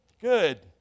good